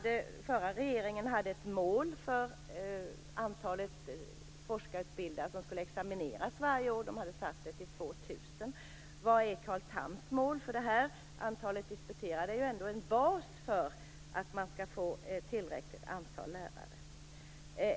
Den förra regeringen hade ett mål för antalet forskarutbildade som skulle examineras varje år. Den hade satt det till 2 000. Vad är Carl Thams mål för detta? Antalet disputerade är ju ändå en bas för att man skall få tillräckligt antal lärare.